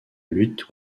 lutte